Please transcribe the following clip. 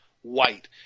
white